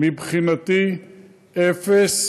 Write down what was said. מבחינתי אפס